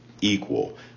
equal